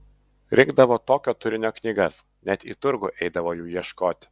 rinkdavo tokio turinio knygas net į turgų eidavo jų ieškoti